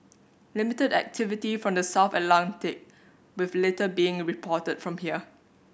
limited activity from the south Atlantic with little being reported from here